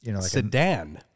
Sedan